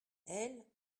elles